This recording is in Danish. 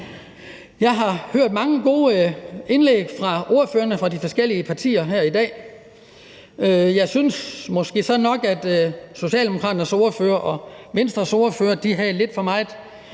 Jeg har hørt mange gode indlæg fra ordførerne fra de forskellige partier her i dag. Jeg synes måske så nok, at Socialdemokraternes ordfører og Venstres ordfører havde lidt for meget